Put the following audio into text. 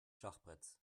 schachbretts